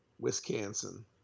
Wisconsin